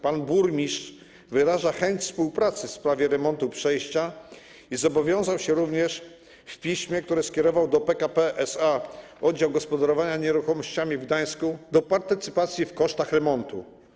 Pan burmistrz wyraża chęć współpracy w sprawie remontu przejścia i zobowiązał się również w piśmie, które skierował do PKP SA Oddział Gospodarowania Nieruchomościami w Gdańsku, do partycypacji w kosztach remontu.